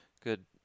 good